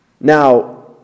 Now